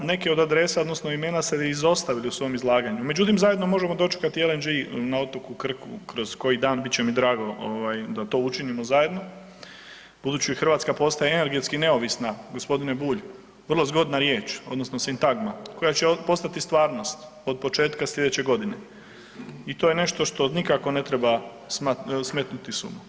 Neki od adresa odnosno imena ste izostavili u svom izlaganju, međutim zajedno možemo dočekati LNG na Otoku Krku kroz koji dan, bit će mi drago da to učinimo zajedno budući Hrvatska postaje energetski neovisna, gospodine Bulj, vrlo zgodna riječ odnosno sintagma koja će postati stvarnost od početka sljedeće godine i to je nešto što nikako ne treba smetnuti s uma.